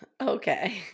Okay